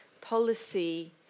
policy